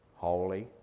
holy